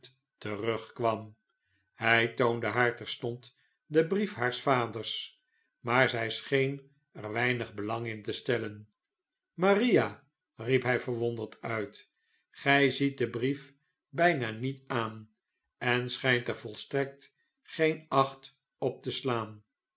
terugkwam hij toonde haar terstond den brief haars vaders maar zij scheen er weinig belang in te stellen maria riep hij verwonderd uit gij ziet den brief bijna niet aan en schijnt er volstrekt geen acht op te slaan